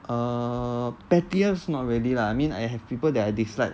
err pettiest not really lah I mean I have people that I dislike